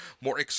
more